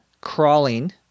crawling